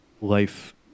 life